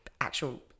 actual